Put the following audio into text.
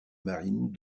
marine